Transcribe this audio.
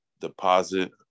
deposit